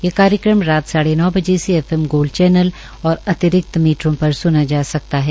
ये कार्यक्रम रात साढ़े नौ बजे से एफ एम गोल्ड चैनल और अतिरिक्त मीटरों पर सूना जा सकता है